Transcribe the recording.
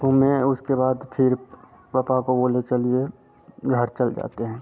घूमने आए उसके बाद फिर पपा को बोले चलिए घर चल जाते हैं